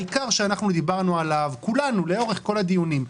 העיקר שאנחנו דיברנו עליו כולנו לאורך כל הדיונים.